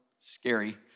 scary